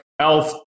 Elf